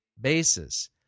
basis